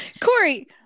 Corey